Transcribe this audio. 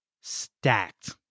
stacked